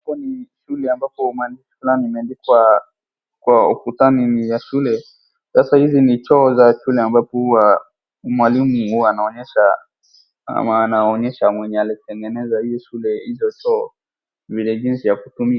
Hapa ni shule ambapo maandishi fulani imeandikwa kwa ukutani ni ya shule sasa hizi ni choo za shule ambapo huwa mwalimu anaonyesha ama anawaonyesha mwenye alitengeneza hii shule hizo choo vile jinsi ya kutumia.